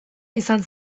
izan